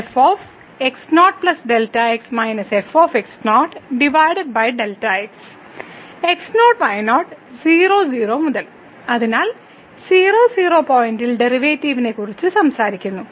x0 y0 00 മുതൽ അതിനാൽ 00 പോയിന്റിൽ ഡെറിവേറ്റീവിനെക്കുറിച്ച് സംസാരിക്കുന്നു